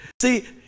See